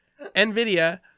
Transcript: NVIDIA